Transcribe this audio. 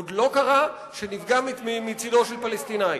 עוד לא קרה שנפגע מצדו של פלסטיני.